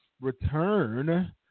Return